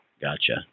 Gotcha